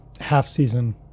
half-season